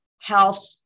health